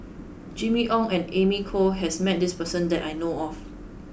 Jimmy Ong and Amy Khor has met this person that I know of